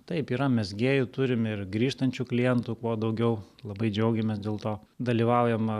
taip yra mezgėjų turim ir grįžtančių klientų kuo daugiau labai džiaugiamės dėl to dalyvaujama